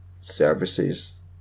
services